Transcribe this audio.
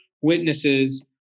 witnesses